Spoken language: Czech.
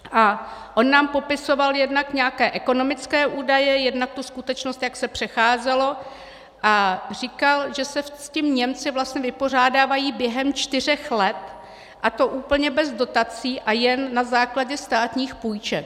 A on nám popisoval jednak nějaké ekonomické údaje, jednak tu skutečnost, jak se přecházelo, a říkal, že se s tím Němci vlastně vypořádávají během čtyřech let, a to úplně bez dotací a jen na základě státních půjček.